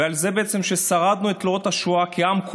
ועל זה ששרדנו בתלאות השואה כעם,